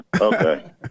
Okay